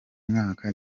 mwaka